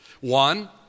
One